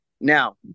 Now